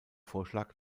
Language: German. vorschlag